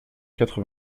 quatre